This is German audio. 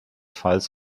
falls